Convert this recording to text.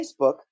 Facebook